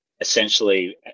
essentially